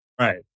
Right